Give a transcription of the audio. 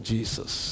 Jesus